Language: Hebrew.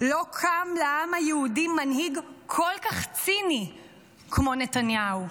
לא קם לעם היהודי מנהיג כל כך ציני כמו נתניהו.